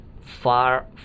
far